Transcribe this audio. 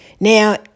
Now